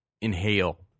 inhale